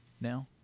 Now